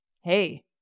hey